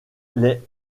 les